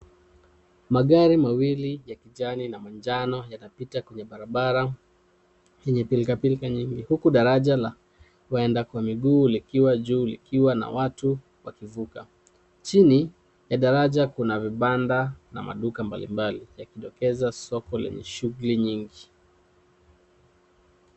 Magari mawili ya kijani na majano yanapita kwenye barabara yenye pilkapilka nyingi. Huku daraja la waenda kwa miguu likiwa juu likiwa na watu wakivuka. Chini ya daraja kuna vibanda na maduka mbalimbali. Yakidokeza soko lenye shughuli nyingi.